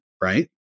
right